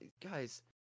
Guys